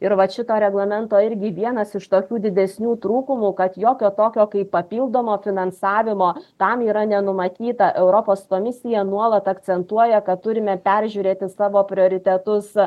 ir vat šito reglamento irgi vienas iš tokių didesnių trūkumų kad jokio tokio kaip papildomo finansavimo tam yra nenumatyta europos komisija nuolat akcentuoja kad turime peržiūrėti savo prioritetus